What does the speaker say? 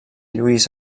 lluís